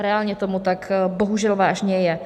Reálně tomu tak bohužel vážně je.